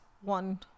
one